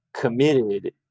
committed